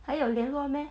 还有联络 meh